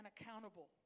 accountable